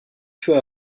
feux